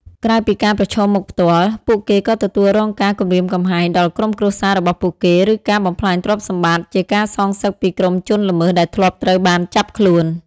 ក្រៅពីការប្រឈមមុខផ្ទាល់ ពួកគេក៏ទទួលរងការ គំរាមកំហែងដល់ក្រុមគ្រួសារ របស់ពួកគេ ឬការ បំផ្លាញទ្រព្យសម្បត្តិ ជាការសងសឹកពីក្រុមជនល្មើសដែលធ្លាប់ត្រូវបានចាប់ខ្លួន។